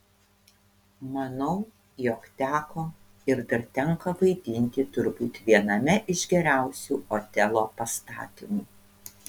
manau jog teko ir dar tenka vaidinti turbūt viename iš geriausių otelo pastatymų